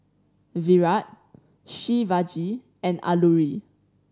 Virat Shivaji and Alluri